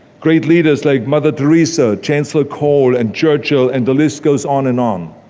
great leaders like mother teresa, chancellor kohl and churchill and the list goes on and on.